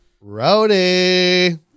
Rowdy